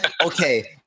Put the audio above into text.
okay